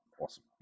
Awesome